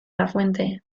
lafuente